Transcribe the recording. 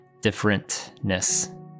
differentness